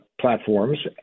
platforms